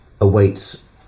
awaits